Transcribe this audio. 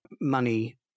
money